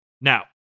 Now